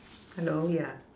hello ya